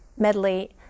medley